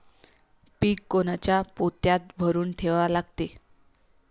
पीक कोनच्या पोत्यात भरून ठेवा लागते?